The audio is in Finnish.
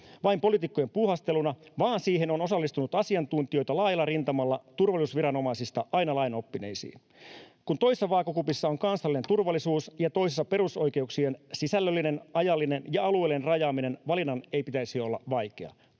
vain poliitikkojen puuhasteluna, vaan siihen on osallistunut asiantuntijoita laajalla rintamalla turvallisuusviranomaisista aina lainoppineisiin. Kun toisessa vaakakupissa on kansallinen turvallisuus ja toisessa perusoikeuksien sisällöllinen, ajallinen ja alueellinen rajaaminen, valinnan ei pitäisi olla vaikea.